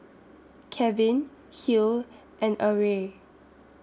Kevin Hill and Arie